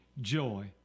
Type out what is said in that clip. joy